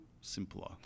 simpler